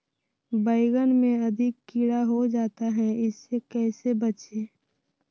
बैंगन में अधिक कीड़ा हो जाता हैं इससे कैसे बचे?